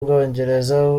ubwongereza